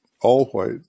all-white